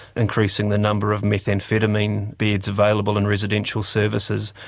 increasing the number of methamphetamine beds available in residential services,